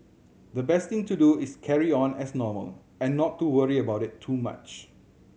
the best thing to do is carry on as normal and not to worry about it too much